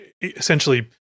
essentially